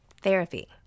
Therapy